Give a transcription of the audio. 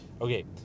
Okay